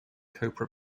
copra